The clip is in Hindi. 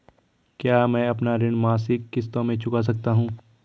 क्या मैं अपना ऋण मासिक किश्तों में चुका सकता हूँ?